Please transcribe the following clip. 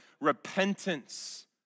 repentance